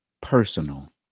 personal